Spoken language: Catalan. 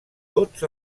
tots